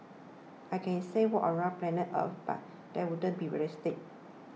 I can say walk around planet Earth but that wouldn't be realistic